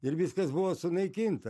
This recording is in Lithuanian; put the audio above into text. ir viskas buvo sunaikinta